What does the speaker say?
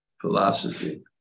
philosophy